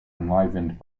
enlivened